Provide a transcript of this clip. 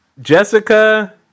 Jessica